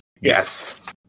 Yes